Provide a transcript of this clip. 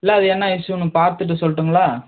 இல்லை அது என்ன இஷ்யூனு பார்த்துட்டு சொல்லுட்டுங்களா